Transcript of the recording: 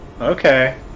Okay